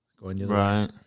Right